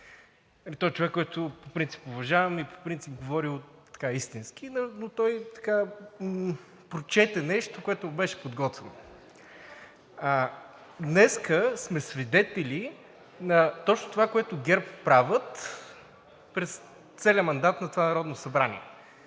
Той е човек, който по принцип уважавам и по принцип говори истински. Но той прочете нещо, което не беше подготвил. Днес сме свидетели на точно това, което ГЕРБ правят през целия мандат на това Народно събрание.